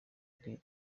ari